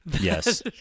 Yes